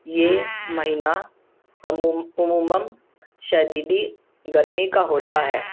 یہ مہینہ عموماً شدید گرمی کا ہوتا ہے